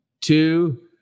two